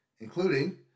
including